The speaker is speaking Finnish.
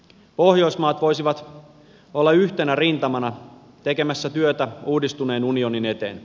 pohjoismaat voisivat olla yhtenä rintamana tekemässä työtä uudistuneen unionin eteen